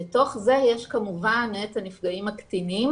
בתוך זה יש כמובן את הנפגעים הקטינים